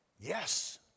Yes